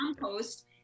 Compost